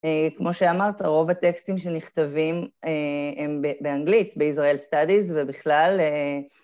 כמו שאמרת, רוב הטקסטים שנכתבים הם באנגלית, ב-Israel Studies, ובכלל...